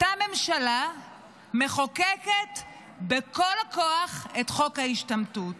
אותה ממשלה מחוקקת בכל הכוח את חוק ההשתמטות.